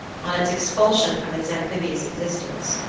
on its expulsion from its amphibious existence,